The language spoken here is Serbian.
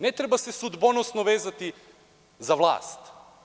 Ne treba se sudbonosno vezati za vlast.